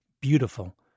beautiful